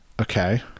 Okay